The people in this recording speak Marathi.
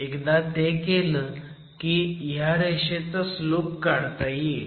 एकदा ते केलं की ह्या रेषेचा स्लोप काढता येईल